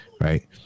right